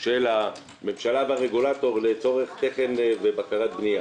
של הממשלה והרגולטור לצורך תקן ובקרת בנייה